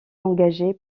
engagé